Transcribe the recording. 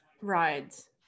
rides